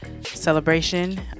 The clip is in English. celebration